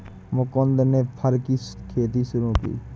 मुकुन्द ने फर की खेती शुरू की